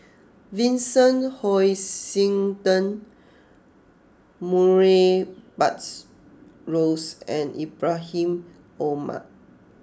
Vincent Hoisington Murray Buttrose and Ibrahim Omar